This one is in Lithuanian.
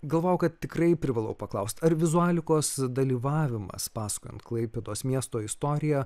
galvojau kad tikrai privalau paklaust ar vizualikos dalyvavimas pasakojant klaipėdos miesto istoriją